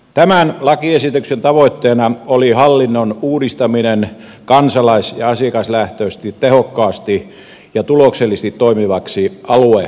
tämän lakiesityksen tavoitteena oli hallinnon uudistaminen kansalais ja asiakaslähtöisesti tehokkaasti ja tuloksellisesti toimivaksi aluehallinnoksi